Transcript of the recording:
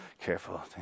Careful